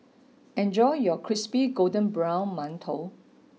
enjoy your crispy golden brown mantou